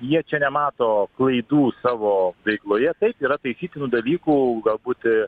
jie čia nemato klaidų savo veikloje taip yra taisytinų dalykų gal būti